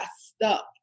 stuck